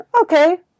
Okay